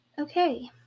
Okay